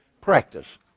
practice